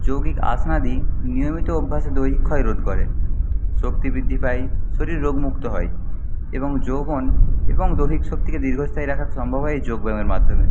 যৌগিক আসনাদি নিয়মিত অভ্যাসে দৈহিক ক্ষয় রোধ করে শক্তি বৃদ্ধি পায় শরীর রোগমুক্ত হয় এবং যৌবন এবং দৈহিক শক্তিকে দীর্ঘস্থায়ী রাখা সম্ভব হয় এই যোগব্যায়ামের মাধ্যমে